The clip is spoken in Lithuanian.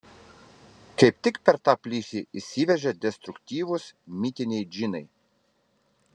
kaip tik per tą plyšį įsiveržia destruktyvūs mitiniai džinai